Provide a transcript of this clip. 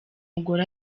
mugore